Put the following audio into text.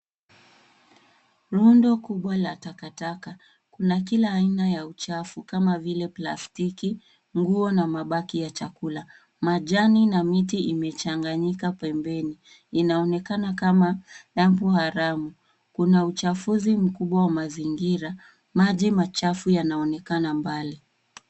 Rundo kubwa la takataka. Kuna kila aina ya uchafu kama vile: plastiki, nguo na mabaki ya chakula. Majani na miti imechanganyika pembeni. Inaonekana kama dampu haramu. Kuna uchafuzi mkubwa wa mazingira. Maji machafu yanaonekana mbali.